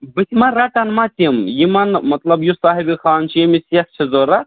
بتھِ ما رَٹَن ما تِم یِمَن مطلب یُس صاحبِ خان چھُ ییٚمِس سیٚکھ چھِ ضوٚرَتھ